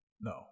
no